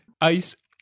Ice